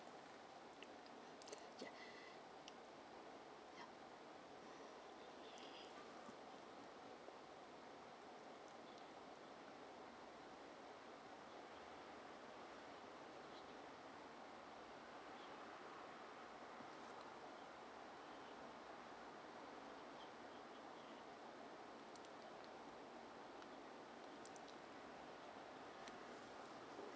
ya ya